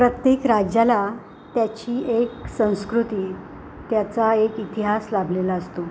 प्रत्येक राज्याला त्याची एक संस्कृती त्याचा एक इतिहास लाभलेला असतो